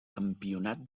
campionat